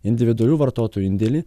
individualių vartotojų indėlį